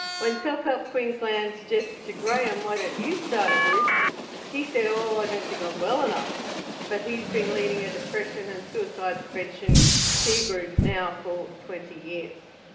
when self help queensland suggested to graham why don't you start a group he said oh, i don't think i'm well enough but he's been leading a depression and suicide prevention peer group now for twenty years.